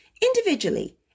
Individually